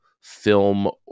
film